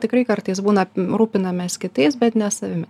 tikrai kartais būna rūpinamės kitais bet ne savimi